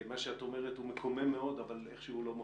מה שאת אומרת הוא מקומם מאוד אבל איכשהו לא מפתיע.